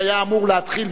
שהיה אמור להתחיל